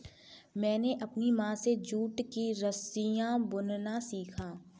मैंने अपनी माँ से जूट की रस्सियाँ बुनना सीखा